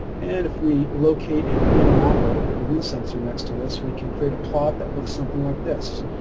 and if we locate an anemometer, a wind censor, next to this we can create a plot that looks something like this.